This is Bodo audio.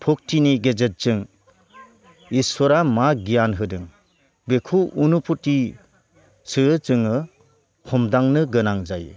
भक्तिनि गेजेरजों इसोरा मा गियान होदों बेखौ उनुफुथिसो जोङो हमदांनो गोनां जायो